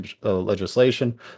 legislation